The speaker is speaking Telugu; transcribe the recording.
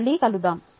మళ్ళి కలుద్దాం